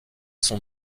sont